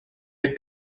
had